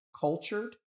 cultured